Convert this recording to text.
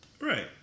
right